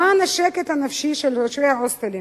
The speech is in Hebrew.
למען השקט הנפשי של תושבי ההוסטלים,